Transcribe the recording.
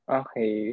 okay